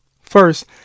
First